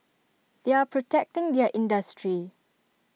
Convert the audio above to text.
they are protecting their industry